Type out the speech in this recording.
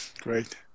Great